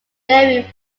dairy